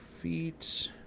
feet